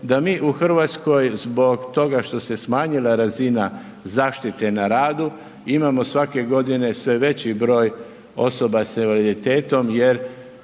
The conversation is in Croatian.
da mi u Hrvatskoj, zbog toga što se smanjila razina zaštite na radu imamo svake godine, sve veći broj osoba s invaliditetom,